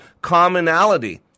commonality